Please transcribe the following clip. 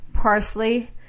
parsley